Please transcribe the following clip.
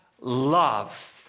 love